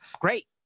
great